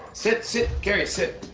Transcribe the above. sit. sit. gary, sit.